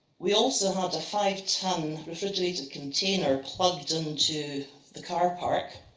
we also had a five ton refrigerated container plugged in to the car park,